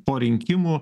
po rinkimų